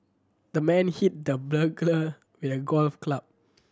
the man hit the burglar with a golf club